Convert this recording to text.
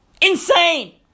insane